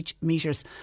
meters